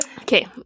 okay